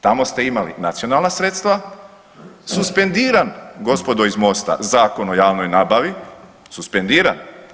Tamo ste imali nacionalna sredstva, suspendiran gospodo iz MOST-a Zakon o javnoj nabavi, suspendiran.